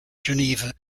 geneva